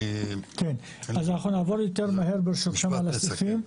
אז נעבור יותר מהר, ברשותך, על הסעיפים.